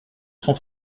cent